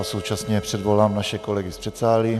Současně předvolám naše kolegy z předsálí.